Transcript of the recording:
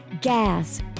gas